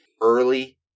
Early